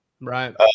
Right